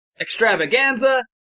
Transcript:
extravaganza